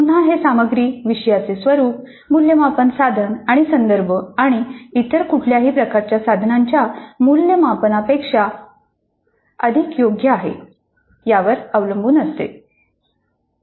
पुन्हा हे सामग्री विषयाचे स्वरुप मूल्यमापन साधन आणि संदर्भ आणि इतर कुठल्याही प्रकारच्या साधनांच्या मूल्यमापनापेक्षा अधिक योग्य आहे यावर अवलंबून असते